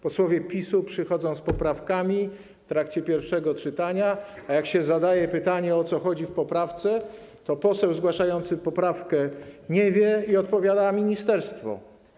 Posłowie PiS-u przychodzą z poprawkami w trakcie pierwszego czytania, a jak się zadaje pytanie, o co chodzi w poprawce, to poseł zgłaszający poprawkę nie wie i odpowiada ministerstwo.